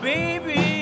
Baby